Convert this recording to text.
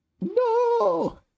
no